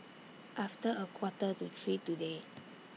after A Quarter to three today